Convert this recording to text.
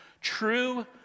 True